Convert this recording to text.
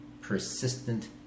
persistent